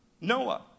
Noah